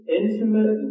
intimate